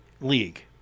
league